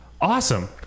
Awesome